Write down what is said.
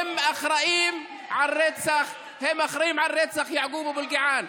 הם אחראים לרצח יעקוב אבו אלקיעאן.